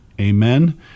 Amen